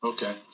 Okay